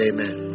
Amen